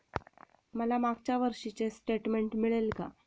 मला मागच्या वर्षीचे स्टेटमेंट मिळेल का?